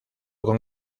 con